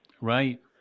Right